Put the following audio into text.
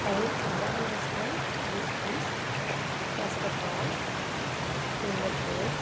five international districts first of all Singapore